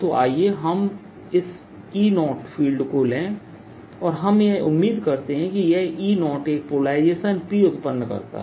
तो आइए हम इस E0 फील्ड को लें और हम यह उम्मीद करते हैं कि यह E0 एक पोलराइजेशन P उत्पन्न करता है